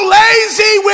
lazy